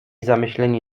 zamyśleni